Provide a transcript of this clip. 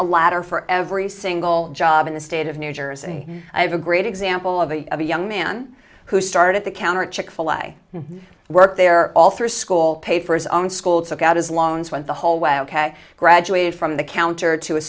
a ladder for every single job in the state of new jersey i have a great example of a of a young man who started at the counter at chick fil a and worked there all through school pay for his own school took out his loans went the whole way ok graduated from the counter to a